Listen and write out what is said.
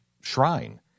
shrine